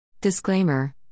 Disclaimer